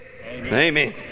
amen